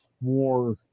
more